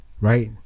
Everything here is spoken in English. right